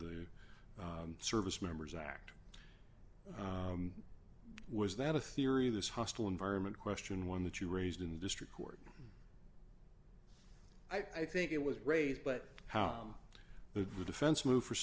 the service members act was that a theory this hostile environment question one that you raised in the district court i think it was raised but how the defense move for